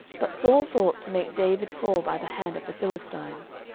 but saul thought to make david fall by the hand of the philistines.